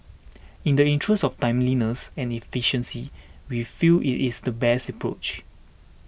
in the interest of timeliness and efficiency we feel it is the best approach